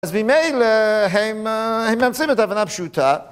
אז ממילא הם.. הם מאמצים את ההבנה פשוטה